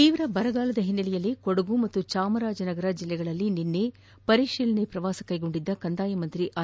ತೀವ್ರ ಬರಗಾಲದ ಹಿನ್ನೆಲೆಯಲ್ಲಿ ಕೊಡಗು ಹಾಗೂ ಚಾಮರಾಜನಗರ ಜಿಲ್ಲೆಗಳಲ್ಲಿ ನಿನ್ನೆ ಪರಿಶೀಲನೆ ಪ್ರವಾಸ ಕೈಗೊಂಡಿದ್ದ ಕಂದಾಯ ಸಚಿವ ಆರ್